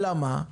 אלא מה?